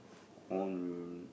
on